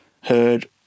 heard